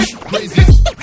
Crazy